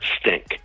stink